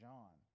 John